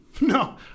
No